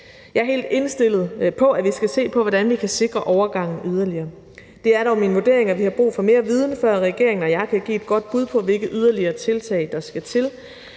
Jeg er helt indstillet på, at vi skal se på, hvordan vi kan sikre overgangen yderligere. Det er dog min vurdering, at vi har brug for mere viden, før regeringen og jeg kan give et godt bud på, hvilke yderligere tiltag der skal til.